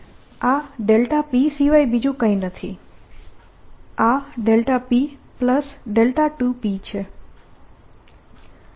આ p સિવાય બીજું કંઈ નથી આ p2p છે